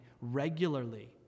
regularly